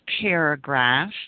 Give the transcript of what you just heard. paragraph